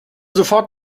sofort